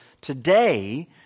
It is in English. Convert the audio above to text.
today